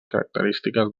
característiques